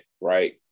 right